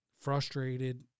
frustrated